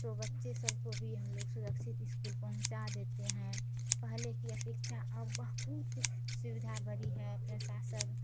तो बच्चे सब को भी हम लोग सुरक्षित इस्कूल पहुँचा देते हैं पहले की अपेक्षा अब बहुत सुविधा बढ़ी है प्रशासन